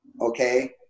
Okay